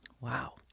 Wow